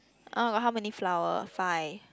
uh got how many flower five